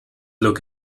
look